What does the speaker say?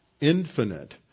infinite